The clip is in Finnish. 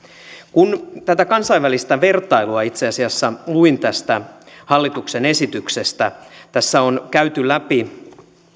kun tätä kansainvälistä vertailua itse asiassa luin tästä hallituksen esityksestä tässä on